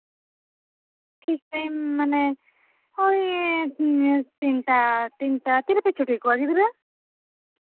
ᱴᱷᱤᱠ ᱴᱟᱭᱤᱢ ᱢᱟᱱᱮ ᱦᱳᱭ ᱛᱤᱱᱴᱟ ᱛᱤ ᱨᱮᱯᱮ ᱪᱷᱩᱴᱤ ᱠᱚᱣᱟ ᱜᱤᱫᱽᱨᱟᱹ